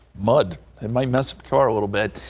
mud and my mess for a little bit.